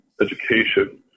education